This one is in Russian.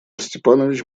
степанович